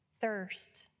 thirst